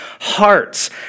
hearts